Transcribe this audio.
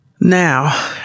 Now